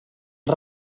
els